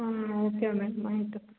ಹ್ಞೂ okay madam ಆಯ್ತು